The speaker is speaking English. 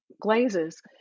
Glazes